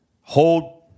Hold